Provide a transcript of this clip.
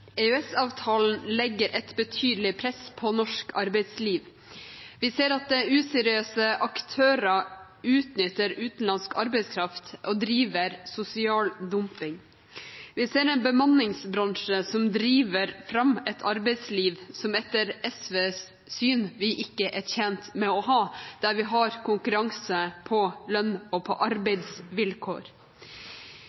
EØS-avtalen legger et betydelig press på norsk arbeidsliv. Vi ser at useriøse aktører utnytter utenlandsk arbeidskraft og driver sosial dumping. Vi ser en bemanningsbransje som driver fram et arbeidsliv som vi etter SVs syn ikke er tjent med å ha, der vi har konkurranse på lønns- og arbeidsvilkår.